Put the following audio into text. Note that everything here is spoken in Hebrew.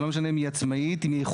ולא משנה אם היא עצמאית או לא,